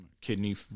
kidney